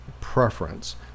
preference